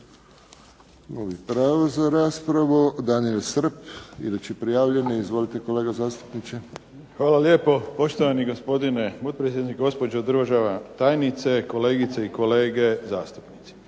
Hvala lijepo. Poštovani gospodine potpredsjedniče, poštovana državna tajnice, kolegice i kolege zastupnici.